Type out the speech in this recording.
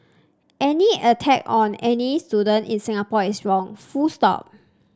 any attack on any student in Singapore is wrong full stop